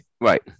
right